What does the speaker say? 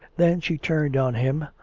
then she turned on him,